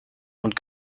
und